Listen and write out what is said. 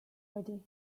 ready